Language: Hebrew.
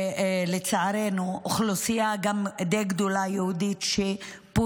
לצערנו, אוכלוסייה יהודית די גדולה שפונתה,